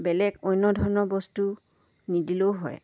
বেলেগ অন্য ধৰণৰ বস্তু নিদিলেও হয়